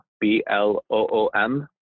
B-L-O-O-M